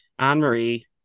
Anne-Marie